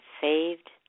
saved